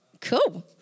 cool